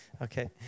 Okay